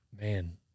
Man